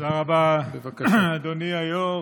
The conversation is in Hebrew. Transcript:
תודה רבה, אדוני היו"ר.